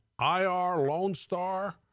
irlonestar